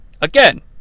again